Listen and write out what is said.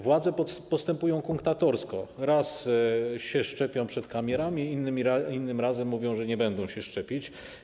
Władze postępują kunktatorsko, raz się szczepią przed kamerami, innym razem mówią, że nie będą się szczepić.